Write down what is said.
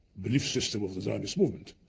belief system of the zionist movement,